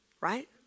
Right